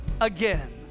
again